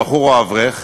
מבחור או אברך,